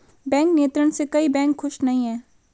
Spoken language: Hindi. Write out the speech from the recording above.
बैंक नियंत्रण से कई बैंक खुश नही हैं